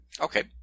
Okay